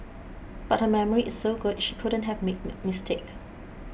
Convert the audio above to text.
but her memory is so good she couldn't have made me mistake